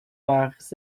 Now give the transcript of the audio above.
leurs